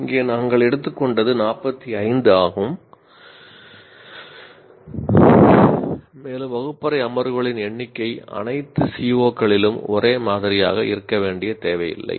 இங்கே நாங்கள் எடுத்துக்கொண்டது 45 ஆகும் மேலும் வகுப்பறை அமர்வுகளின் எண்ணிக்கை அனைத்து CO களிலும் ஒரே மாதிரியாக இருக்க வேண்டிய தேவையில்லை